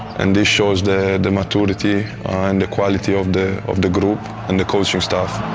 and this shows the the maturity and quality of the of the group and the coaching staff.